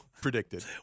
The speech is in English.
Predicted